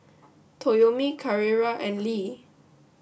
Toyomi Carrera and Lee